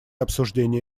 обсуждении